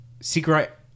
secret